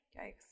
Yikes